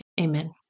Amen